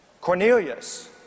Cornelius